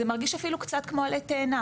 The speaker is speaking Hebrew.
זה אפילו קצת מרגיש כמו עלה תאנה.